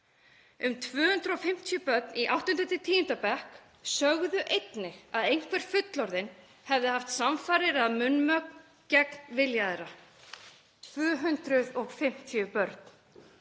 Um 250 börn í 8.–10. bekk sögðu einnig að einhver fullorðinn hefði haft samfarir eða munnmök við þau gegn vilja þeirra, 250 börn.